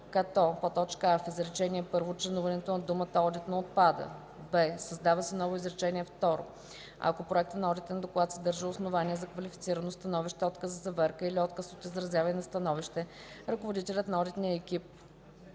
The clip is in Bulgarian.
като: а) в изречение първо членуването на думата „одитно” отпада; б) създава се ново изречение второ: „Ако проектът на одитен доклад съдържа основания за квалифицирано становище, отказ за заверка или отказ от изразяване на становище, ръководителят на одитния екип,